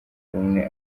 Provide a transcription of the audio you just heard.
bumwe